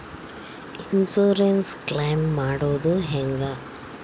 Insurance claim ಮಾಡೋದು ಹೆಂಗ?